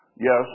Yes